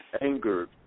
angered